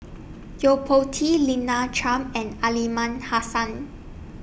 Yo Po Tee Lina Chiam and Aliman Hassan